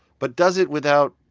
but does it without,